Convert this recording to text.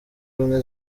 ubumwe